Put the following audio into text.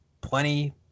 plenty –